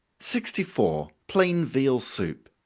sixty four. plain veal soup.